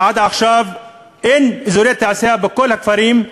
עד עכשיו אין אזורי תעשייה בכל הכפרים,